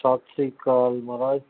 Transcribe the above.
Sat Shri Akal Maharaj